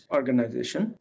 Organization